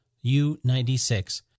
U-96